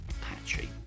patchy